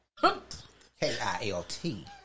K-I-L-T